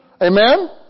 Amen